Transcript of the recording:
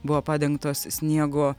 buvo padengtos sniego